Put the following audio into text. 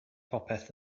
popeth